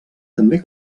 també